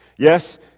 Yes